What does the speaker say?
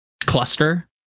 cluster